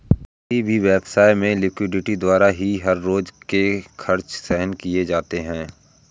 किसी भी व्यवसाय में लिक्विडिटी द्वारा ही हर रोज के खर्च सहन किए जाते हैं